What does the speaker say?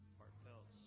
Heartfelt